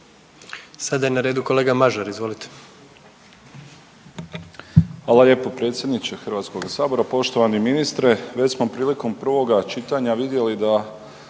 Sada je na redu kolega Mažar, izvolite.